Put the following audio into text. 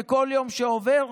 וכל יום שעובר,